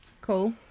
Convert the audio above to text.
cool